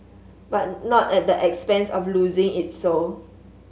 but not at the expense of losing its soul